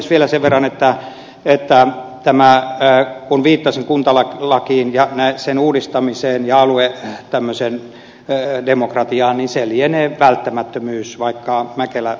vielä sen verran että kun viittasin kuntalakiin ja sen uudistamiseen ja aluedemokratiaan niin se lienee välttämättömyys vaikka ed